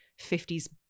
50s